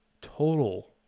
Total